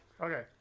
Okay